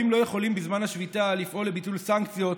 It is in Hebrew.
בזמן השביתה חייבים לא יכולים לפעול לביטול סנקציות,